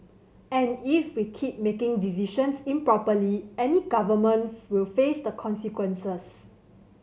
and if we keep making decisions improperly any government will face the consequences